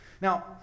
Now